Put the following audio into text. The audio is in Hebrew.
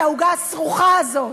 את העוגה הסרוחה הזאת,